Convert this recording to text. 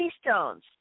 stones